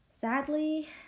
Sadly